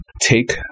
take